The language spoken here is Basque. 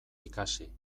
ikasi